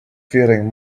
faring